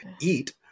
eat